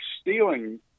stealing